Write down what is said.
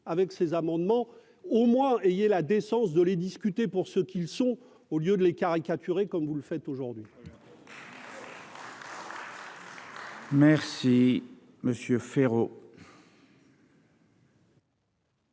avec ces amendements au moins ayez la décence de les discuter pour ce qu'ils sont au lieu de les caricaturer comme vous le faites aujourd'hui. Merci. Monsieur